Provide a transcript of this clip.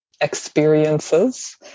experiences